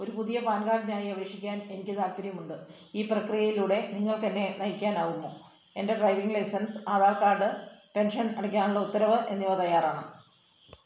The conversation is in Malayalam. ഒരു പുതിയ പാൻ കാർഡിനായി അപേക്ഷിക്കാൻ എനിക്ക് താൽപ്പര്യമുണ്ട് ഈ പ്രക്രിയയിലൂടെ നിങ്ങൾക്ക് എന്നെ നയിക്കാനാകുമോ എൻ്റെ driving licence Aadhaar card pension അടയ്ക്കാനുള്ള ഉത്തരവ് എന്നിവ തയ്യാറാണ്